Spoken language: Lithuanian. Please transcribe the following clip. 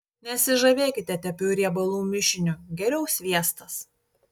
nesižavėkite tepiu riebalų mišiniu geriau sviestas